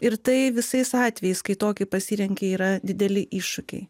ir tai visais atvejais kai tokį pasirenki yra dideli iššūkiai